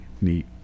neat